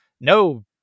no